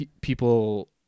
people –